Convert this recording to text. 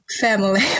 Family